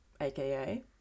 aka